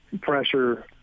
pressure